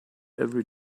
every